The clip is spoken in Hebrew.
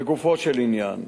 לגופו של עניין,